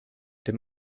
dem